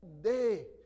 day